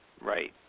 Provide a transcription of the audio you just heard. Right